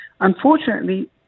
unfortunately